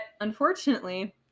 unfortunately